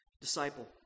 disciple